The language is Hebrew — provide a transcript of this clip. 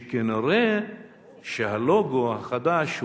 שכנראה הלוגו החדש,